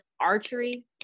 archery